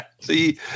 See